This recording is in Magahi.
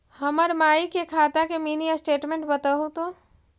हमर माई के खाता के मीनी स्टेटमेंट बतहु तो?